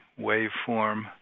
waveform